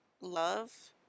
love